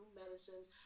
medicines